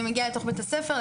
אני מגיעה לתוך בית הספר,